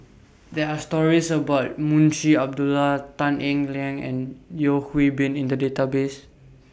There Are stories about Munshi Abdullah Tan Eng Liang and Yeo Hwee Bin in The Database